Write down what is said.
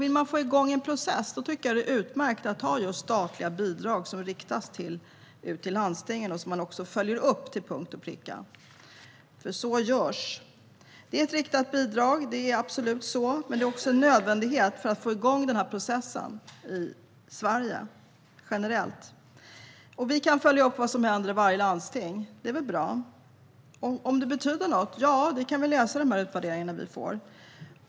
Vill man få igång en process tycker jag att det är utmärkt att ha statliga bidrag, som riktas till landstingen och som också följs upp till punkt och pricka, vilket görs. Det är ett riktat bidrag, absolut, men det är också en nödvändighet för att få igång denna process i Sverige generellt. Vi kan följa upp vad som händer i varje landsting - det är väl bra? Om det betyder något? Ja, det kan vi läsa i utvärderingarna vi får.